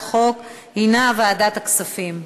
לוועדת הכספים נתקבלה.